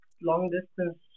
long-distance